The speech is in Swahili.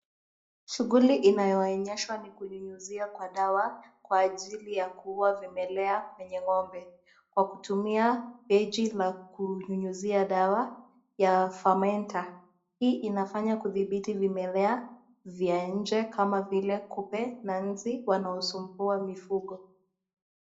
Shughuli inayoonyeshwa ni kunyunyizia kwa dawa kwa ajili ya kuua vimelea kwenye ng'ombe kwa kutumia beji la kunyunyizia dawa ya Famenta. Hii inafanya kudhibiti vimelea vya nje kama vile kupe na nzi wanaosumbua mifugo.